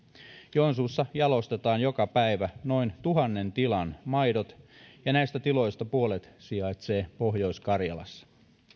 joensuussa jalostetaan joka päivä noin tuhannen tilan maidot ja näistä tiloista puolet sijaitsee pohjois karjalassa